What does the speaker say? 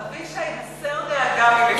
אבישי, הסר דאגה מלבך.